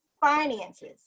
finances